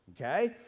okay